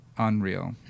unreal